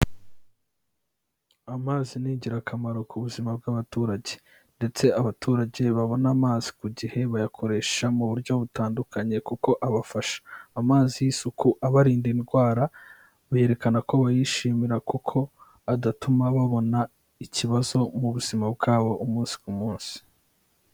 Amazi ni ingirakamaro ku buzima bw'abaturage. Ndetse abaturage babona amazi ku gihe bayakoresha mu buryo butandukanye kuko abafasha. Amazi y'isuku abarinda indwara, berekana ko bayishimira kuko adatuma babona ikibazo mu buzima bwabo umunsi ku munsi.